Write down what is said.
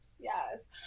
Yes